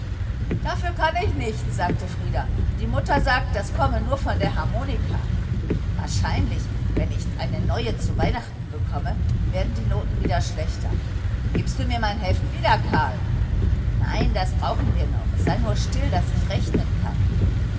dafür kann ich nichts sagte frieder die mutter sagt das kommt nur von der harmonika wahrscheinlich wenn ich eine neue zu weihnachten bekomme werden die noten wieder schlechter gibst du mir mein heft wieder karl nein das brauchen wir noch sei nur still daß ich rechnen kann